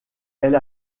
elle